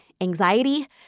anxiety